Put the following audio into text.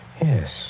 Yes